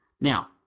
Now